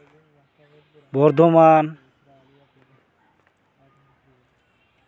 Bardhaman